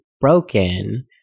broken